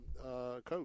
coach